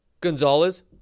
Gonzalez